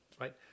right